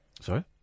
sorry